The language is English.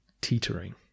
teetering